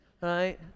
right